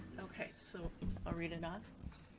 okay, so i'll read it off?